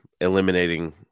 eliminating